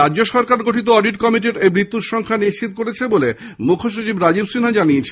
রাজ্য সরকারের গঠিত অডিট কমিটির এই মৃত্যুর সংখ্যা নিশ্চিত করেছে বলে মুখ্য সচিব রাজীব সিন্হা জানিয়েছেন